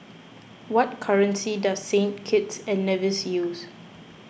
what currency does Saint Kitts and Nevis use